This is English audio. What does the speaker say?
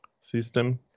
system